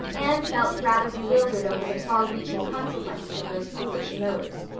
anne felt rather bewildered over the far-reaching consequences of those foolish notes.